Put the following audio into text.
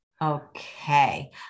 Okay